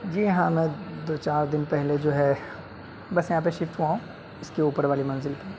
جی ہاں میں دو چار دن پہلے جو ہے بس یہاں پہ شفٹ ہوا ہوں اس کے اوپر والی منزل پہ